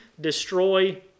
destroy